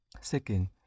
Second